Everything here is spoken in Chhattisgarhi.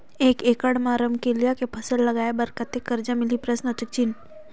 एक एकड़ मा रमकेलिया के फसल लगाय बार कतेक कर्जा मिलही?